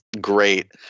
great